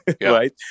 right